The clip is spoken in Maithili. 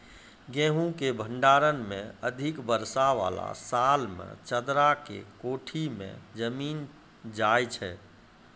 गेहूँ के भंडारण मे अधिक वर्षा वाला साल मे चदरा के कोठी मे जमीन जाय छैय?